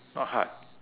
not hard